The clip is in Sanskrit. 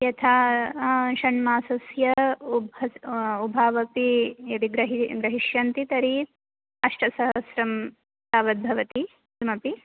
यथा षण्मासस्य उभावपि यदि ग्रहिष्यन्ति तर्हि अष्टसहस्रं तावद्भवति किमपि